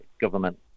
government